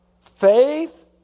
faith